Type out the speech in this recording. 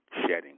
shedding